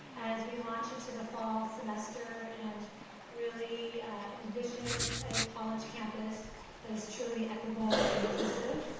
as we launch into the fall semester, and really envision a college campus that is truly equitable and inclusive.